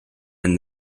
and